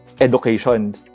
education